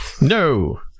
No